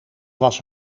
was